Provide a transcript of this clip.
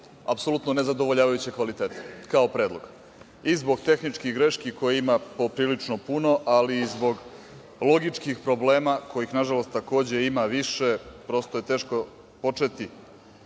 apsolutno nezadovoljavajućeg kvaliteta, kao predlog, i zbog tehničkih grešaka kojih ima poprilično puno, ali i zbog logičkih problema kojih, nažalost, takođe ima više. Prosto je teško početi.